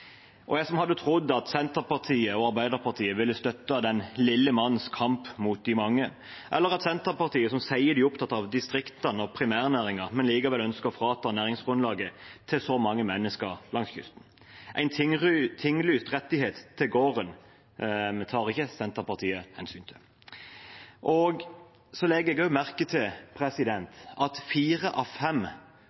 Og jeg som hadde trodd at Senterpartiet og Arbeiderpartiet ville støtte den lille manns kamp mot de mange. Senterpartiet, som sier de er opptatt av distriktene og primærnæringene, ønsker likevel å frata så mange mennesker langs kysten næringsgrunnlaget. En tinglyst rettighet til gården tar ikke Senterpartiet hensyn til. Jeg legger også merke til at fire av fem